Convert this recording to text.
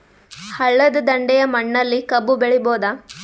ಹಳ್ಳದ ದಂಡೆಯ ಮಣ್ಣಲ್ಲಿ ಕಬ್ಬು ಬೆಳಿಬೋದ?